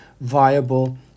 viable